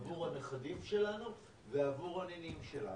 עבור הנכדים שלנו ועבור הנינים שלנו.